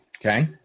okay